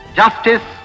justice